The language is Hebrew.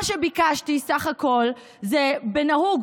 מה שביקשתי בסך הכול הוא שכנהוג